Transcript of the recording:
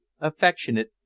affectionate